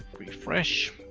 refresh.